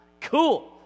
cool